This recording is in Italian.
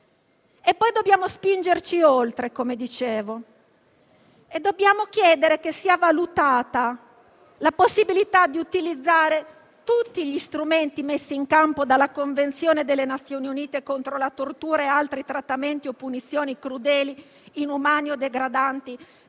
Poi dobbiamo spingerci oltre e chiedere che sia valutata la possibilità di utilizzare tutti gli strumenti messi in campo dalla Convenzione delle Nazioni Unite contro la tortura e altri trattamenti o punizioni crudeli, inumani o degradanti